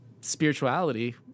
spirituality